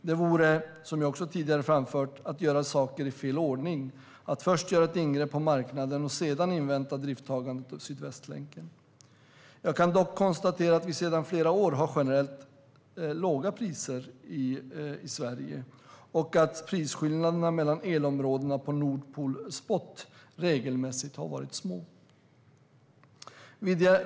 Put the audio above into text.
Det vore - som jag också tidigare framfört - att göra saker i fel ordning att först göra ett ingrepp på marknaden och sedan invänta idrifttagandet av Sydvästlänken. Jag kan dock konstatera att vi sedan flera år har generellt låga elpriser i Sverige och att prisskillnaderna mellan elområdena på Nordpool Spot regelmässigt varit små.